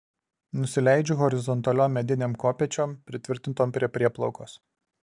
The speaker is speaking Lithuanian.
nusileidžiu horizontaliom medinėm kopėčiom pritvirtintom prie prieplaukos